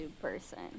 person